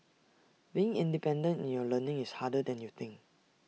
being independent in your learning is harder than you think